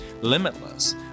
limitless